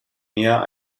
näher